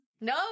No